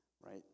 Right